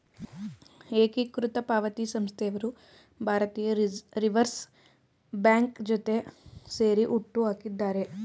ಏಕೀಕೃತ ಪಾವತಿ ಸಂಸ್ಥೆಯವರು ಭಾರತೀಯ ರಿವರ್ಸ್ ಬ್ಯಾಂಕ್ ಜೊತೆ ಸೇರಿ ಹುಟ್ಟುಹಾಕಿದ್ದಾರೆ